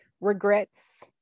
regrets